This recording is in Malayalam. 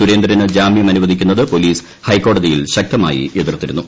സുരേന്ദ്രന് ജാമ്യം അനുവദിക്കുന്നത് പോലീസ് ഹൈക്കോടതിയിൽ ശക്തമായി എതിർത്തിരുന്നു